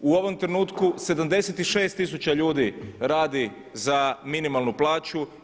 U ovom trenutku 76 tisuća ljudi radi za minimalnu plaću.